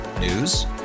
News